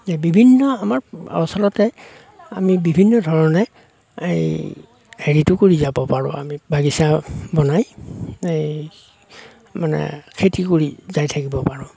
বিভিন্ন আমাৰ আচলতে আমি বিভিন্ন ধৰণে এই হেৰিটো কৰি যাব পাৰো আমি বাগিচা বনাই এই মানে খেতি কৰি যায় থাকিব পাৰো